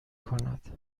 کند